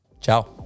ciao